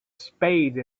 spade